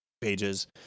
pages